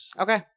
Okay